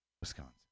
Wisconsin